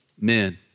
Men